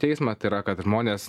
teismą tai yra kad žmonės